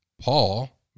Paul